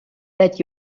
that